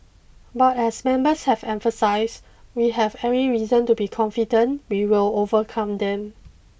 but as members have emphasised we have every reason to be confident we will overcome them